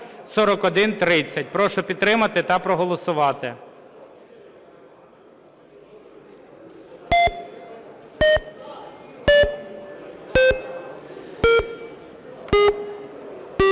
Прошу підтримати та проголосувати.